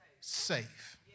safe